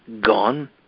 gone